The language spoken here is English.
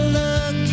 look